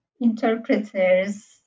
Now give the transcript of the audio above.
interpreters